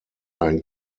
ein